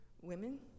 women